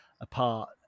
apart